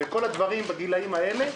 וכל הדברים בגילאים האלה,